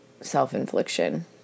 self-infliction